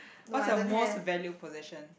what is your most value possession